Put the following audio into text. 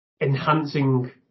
enhancing